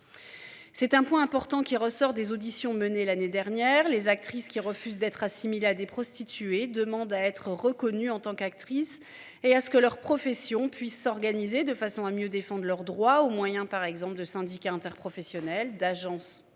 C'est un point important qui ressort des auditions menées l'année dernière, les actrices qui refusent d'être assimilés à des prostituées demande à être reconnus en tant qu'actrice, et à ce que leur profession puisse s'organiser de façon à mieux défendre leurs droits au moyen par exemple de syndicat interprofessionnel d'agence